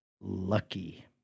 Lucky